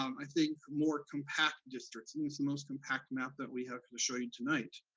i think, more compact districts, and it's the most compact map that we have to show you tonight.